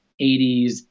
80s